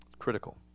critical